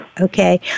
Okay